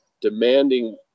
Demanding